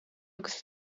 agus